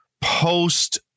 post